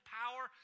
power